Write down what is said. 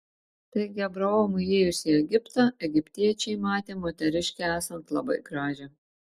taigi abraomui įėjus į egiptą egiptiečiai matė moteriškę esant labai gražią